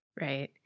Right